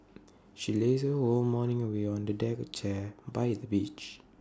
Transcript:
she lazed her whole morning away on A deck chair by the beach